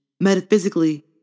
metaphysically